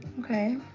okay